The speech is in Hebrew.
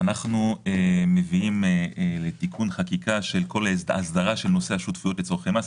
אנחנו מביאים לתיקון חקיקה את כל ההסדרה של נושא השותפויות לצורכי מס.